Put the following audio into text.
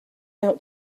out